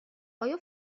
آیا